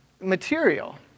material